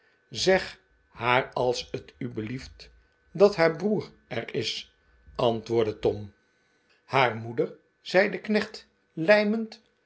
zeg haar als t u belieft dat haar broer er is antwoordde tom haar moeder zei de knecht